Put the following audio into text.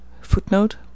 Footnote